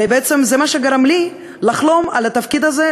ובעצם זה מה שגרם לי לחלום על התפקיד הזה,